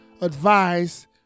advice